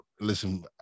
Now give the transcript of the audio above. listen